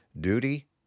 duty